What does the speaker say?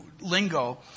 lingo